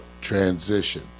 transition